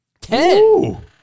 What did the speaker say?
ten